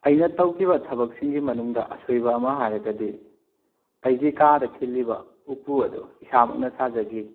ꯑꯩꯅ ꯇꯧꯈꯤꯕ ꯊꯕꯛꯁꯤꯡꯒꯤ ꯃꯅꯨꯡꯗ ꯑꯁꯣꯏꯕ ꯑꯃ ꯍꯥꯏꯔꯒꯗꯤ ꯑꯩꯒꯤ ꯀꯥꯗ ꯈꯤꯜꯂꯤꯕ ꯎꯄꯨ ꯑꯗꯨ ꯏꯁꯥꯃꯛꯅ ꯁꯥꯖꯈꯤ